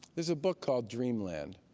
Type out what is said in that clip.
there's a book called dreamland,